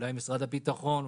אולי משרד הביטחון,